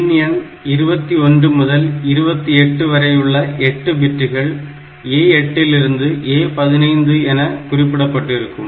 பின் எண் 21 முதல் 28 வரையுள்ள 8 பிட்டுகள் A8 லிருந்து A15 என குறிக்கப்பட்டிருக்கும்